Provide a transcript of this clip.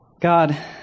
God